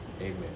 Amen